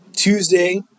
Tuesday